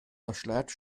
verschleiert